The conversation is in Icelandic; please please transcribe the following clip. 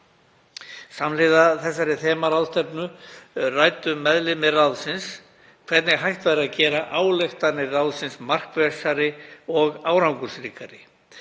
Samhliða þessari þemaráðstefnu ræddu meðlimir ráðsins hvernig hægt væri að gera ályktanir ráðsins markvissari og árangursríkari.